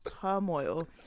turmoil